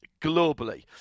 globally